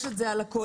יש את זה על הקוד.